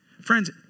Friends